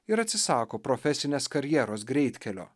ir atsisako profesinės karjeros greitkelio